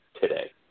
today